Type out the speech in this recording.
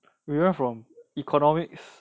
we went from economics